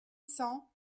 cents